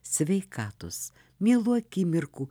sveikatos mielų akimirkų